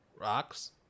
Rocks